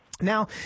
Now